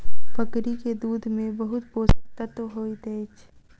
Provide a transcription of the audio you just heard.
बकरी के दूध में बहुत पोषक तत्व होइत अछि